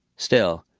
still,